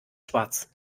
schwarz